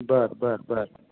बरं बरं बरं